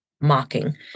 mocking